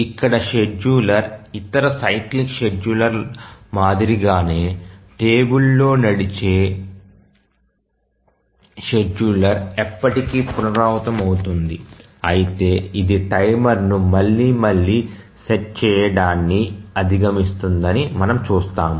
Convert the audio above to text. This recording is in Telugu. ఇక్కడ షెడ్యూల్ ఇతర సైక్లిక్ షెడ్యూలర్ల మాదిరిగానే టేబుల్ లో నడిచే షెడ్యూలర్ ఎప్పటికీ పునరావృతమవుతుంది అయితే ఇది టైమర్ను మళ్లీ మళ్లీ సెట్ చేయడాన్ని అధిగమిస్తుందని మనము చూస్తాము